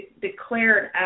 declared